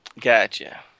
Gotcha